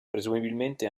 presumibilmente